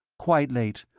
quite late,